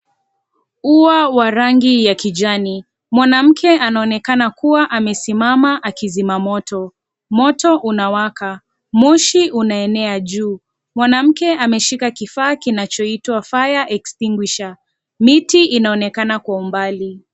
Ua wa rangi ya kijani. Mwanamke anaonekana kuwa amesimama akizima moto. Moto unawaka. Moshi unaenea juu. Mwanamke ameshika kifaa kinachoitwa, fire extinguisher . Miti inaonekana kwa umbali.